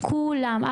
כולם.